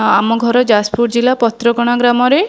ଆମ ଘର ଯାଜପୁର ଜିଲ୍ଲା ପତ୍ରକଣା ଗ୍ରାମରେ